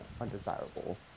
undesirable